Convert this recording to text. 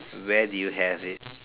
where did you have it